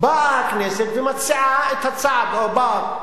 באה הכנסת ומציעה את הצעד הבא: